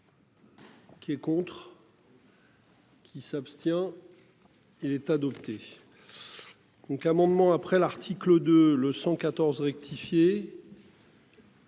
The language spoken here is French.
Qui est contre. Olivier. Qui s'abstient. Il est adopté. Donc amendement après l'article 2, le 114 rectifié.